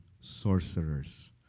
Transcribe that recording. sorcerers